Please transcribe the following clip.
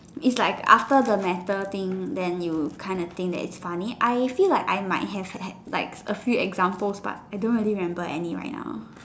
is like after the matter thing then you kind of think that it is funny I feel like I might have a few examples but I don't remember any right now